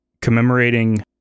commemorating